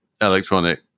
Electronic